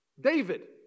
David